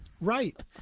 right